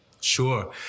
Sure